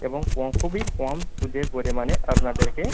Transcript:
এবং কম খুবই কম সুদের পরিমাণে আপনাদেরকে